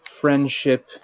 friendship